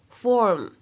form